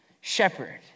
shepherd